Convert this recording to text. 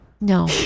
no